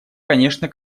конечно